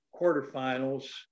quarterfinals